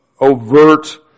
overt